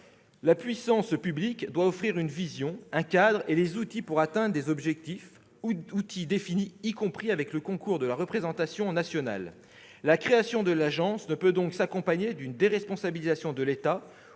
La puissance publique doit offrir une vision, un cadre et les outils pour atteindre des objectifs, outils définis avec le concours de la représentation nationale. La création de l'agence ne peut donc s'accompagner d'une déresponsabilisation de l'État